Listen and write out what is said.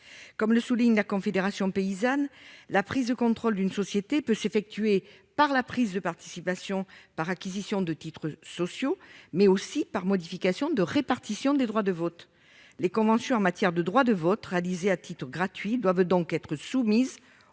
Comme le souligne la Confédération paysanne, la prise de contrôle d'une société peut passer par la prise de participation par acquisition de titres sociaux, mais aussi par la modification de la répartition des droits de vote. Les conventions en matière de droits de vote réalisées à titre gratuit doivent donc être soumises